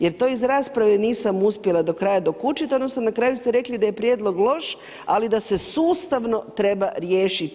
Jer to iz rasprave nisam uspjela do kraja dokučiti, odnosno, na kraju ste rekli, da je prijedlog loš, ali da se sustavno treba riješiti.